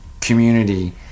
community